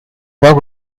bug